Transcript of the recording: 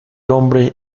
hombre